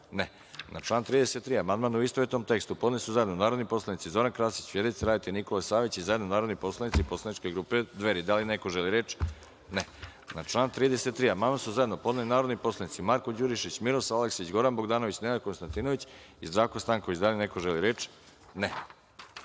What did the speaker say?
(Ne)Na član 33. amandman u istovetnom tekstu, podneli su zajedno narodni poslanici Zoran Krasić, Vjerica Radeta i Nikola Savić, i zajedno narodni poslanici Poslaničke grupe Dveri. Da li neko želi reč? (Ne)Na član 33. amandman su zajedno podneli narodni poslanici Marko Đurišić, Miroslav Aleksić, Goran Bogdanović, Nenad Konstantinović i Zdravko Stanković. Da li neko želi reč?